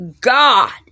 God